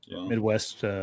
Midwest